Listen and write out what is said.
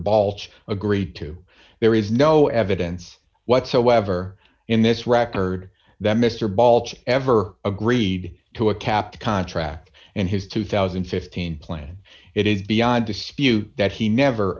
baulch agreed to there is no evidence whatsoever in this record that mr baulch ever agreed to a cap contract and his two thousand and fifteen plan it is beyond dispute that he never